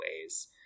ways